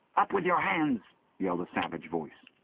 up with your hands yelled a savage voice.